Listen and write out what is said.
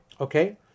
Okay